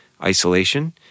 isolation